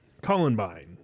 Columbine